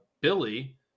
billy